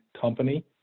company